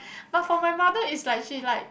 but for my mother is like she like